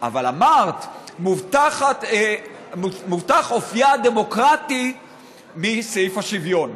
אבל אמרת: מובטח אופייה הדמוקרטי מסעיף השוויון.